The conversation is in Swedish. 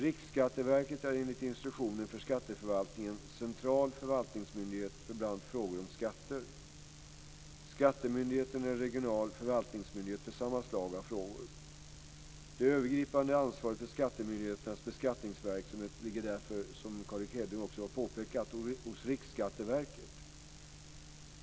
Riksskatteverket är enligt instruktionen för skatteförvaltningen central förvaltningsmyndighet för bl.a. frågor om skatter. Skattemyndigheten är regional förvaltningsmyndighet för samma slag av frågor. Det övergripande ansvaret för skattemyndigheternas beskattningsverksamhet ligger därför, som Carl Erik Hedlund också har påpekat, hos Riksskatteverket.